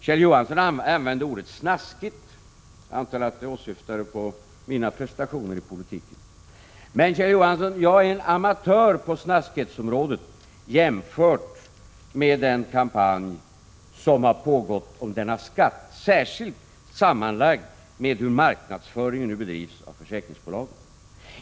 Kjell Johansson använde ordet snaskigt. Jag antar att han åsyftade mina prestationer i politiken. Men, Kjell Johansson, jag är en amatör på snaskighetsområdet jämfört med dem som har bedrivit den kampanj som har pågått om denna skatt, särskilt om man samtidigt tar i beaktande hur marknadsföringen nu bedrivs av försäkringsbolagen.